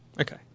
Okay